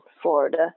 Florida